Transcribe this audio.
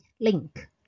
link